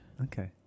Okay